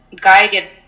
guided